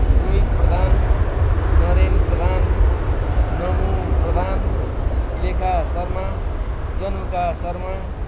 Rohit Pradhan Naren Pradhan Namu Pradhan Lekha Sharma Januka Sharma